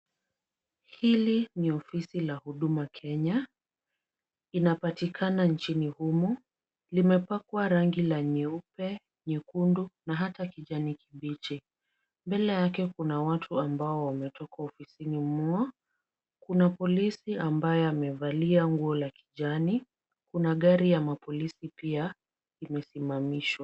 Hili ni ofisi la huduma Kenya. Linapatikana nchini humu. Limepakwa rangi la nyeupe, nyekundu na hata kijani kibichi. Mbele yake kuna watu ambao wametoka ofisini humo. Kuna polisi ambaye amevalia nguo la kijani. Kuna gari ya mapolisi pia limesimamishwa.